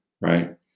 right